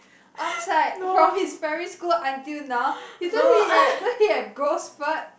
I was like from his primary school until now he don't don't he have growth spurt